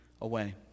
away